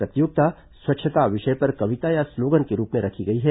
प्रतियोगिता स्वच्छता विषय पर कविता या स्लोगन के रूप में रखी गई है